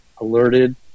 alerted